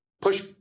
push